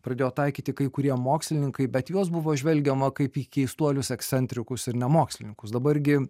pradėjo taikyti kai kurie mokslininkai bet į juos buvo žvelgiama kaip į keistuolius ekscentrikus ir ne mokslininkus dabar gi